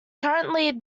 currently